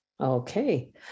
Okay